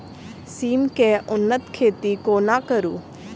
सिम केँ उन्नत खेती कोना करू?